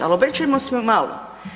Ali obećajmo si malo.